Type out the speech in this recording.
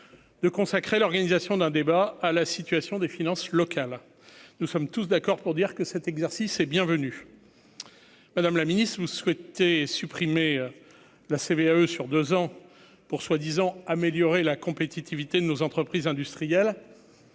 2, consacrer l'organisation d'un débat à la situation des finances locales, nous sommes tous d'accord pour dire que cet exercice et bienvenue, Madame la Ministre, vous souhaitez supprimer la CVAE sur 2 ans pour soi-disant améliorer la compétitivité de nos entreprises industrielles